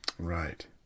Right